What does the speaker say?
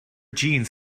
jeans